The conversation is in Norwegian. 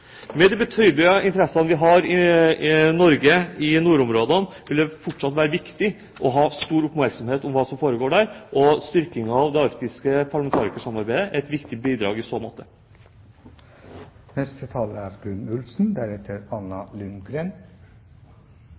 Med de betydelige interessene vi i Norge har i nordområdene, vil det fortsatt være viktig å ha stor oppmerksomhet om hva som foregår der, og styrkingen av det arktiske parlamentarikersamarbeidet er et viktig bidrag i så